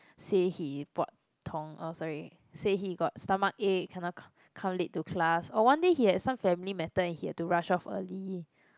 say he report tong~ oh sorry say he got stomachache cannot c~ come late to class one day he had some family matter and he had to rush off early